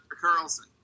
Carlson